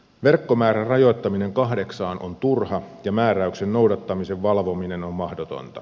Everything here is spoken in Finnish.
verkkomäärän rajoittaminen kahdeksaan on turha ja määräyksen noudattamisen valvominen on mahdotonta